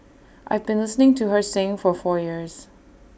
I've been listening to her sing for four years